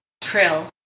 trill